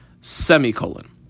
Semicolon